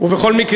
ובכל מקרה,